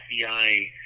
FBI